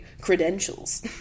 credentials